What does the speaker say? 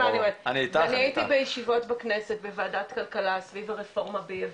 אני הייתי בישיבות בכנסת בוועדת כלכלה סביב הרפורמה בייבוא.